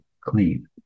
clean